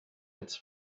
its